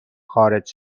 خارج